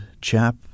chap